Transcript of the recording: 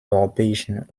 europäischen